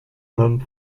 homme